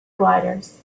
gliders